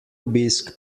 obisk